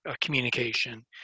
communication